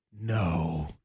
no